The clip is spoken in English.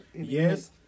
Yes